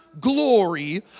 glory